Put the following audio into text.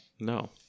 No